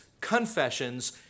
confessions